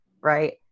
right